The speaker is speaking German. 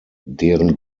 deren